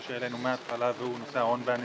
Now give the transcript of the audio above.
שהעלנו מהתחלה והוא נושא ההון והנזילות.